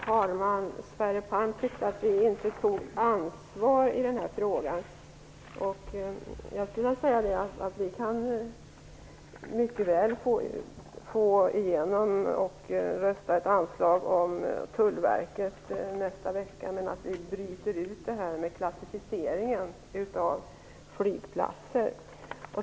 Herr talman! Sverre Palm tyckte att vi inte tog ansvar i den här frågan. Jag skulle vilja säga att vi mycket väl kan rösta och fatta beslut om ett anslag till Tullverket nästa vecka även om vi bryter ut den del som gäller klassificeringen av flygplatser.